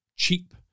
cheap